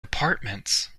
apartments